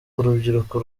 urubyiruko